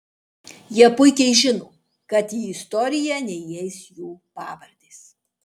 jie puikiai žino kad į istoriją neįeis jų pavardės